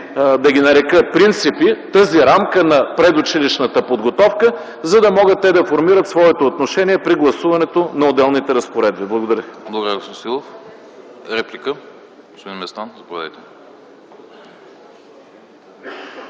да ги нарека принципи, тази рамка на предучилищната подготовка, за да могат те да формират своето отношение при гласуването на отделните разпоредби. Благодаря.